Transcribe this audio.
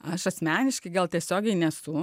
aš asmeniškai gal tiesiogiai nesu